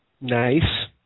Nice